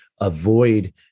avoid